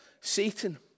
Satan